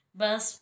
bus